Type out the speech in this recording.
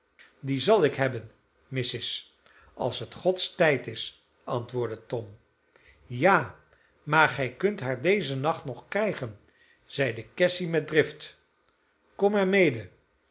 die zal ik hebben missis als het gods tijd is antwoordde tom ja maar gij kunt haar dezen nacht nog krijgen zeide cassy met drift kom maar mede